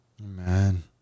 Amen